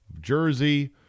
Jersey